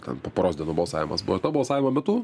ten po poros dienų balsavimas buvo ir to balsavimo metu